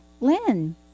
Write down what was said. Lynn